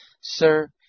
Sir